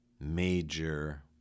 major